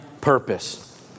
purpose